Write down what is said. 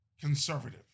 conservative